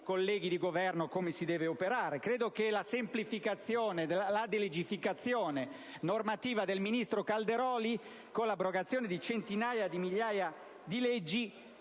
colleghi di Governo come si deve operare. Credo che la semplificazione e la delegificazione normativa del ministro Calderoli, con l'abrogazione di centinaia, di migliaia di leggi